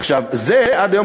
עד היום,